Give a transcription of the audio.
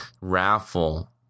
raffle